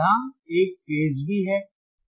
यहाँ एक फेज भी है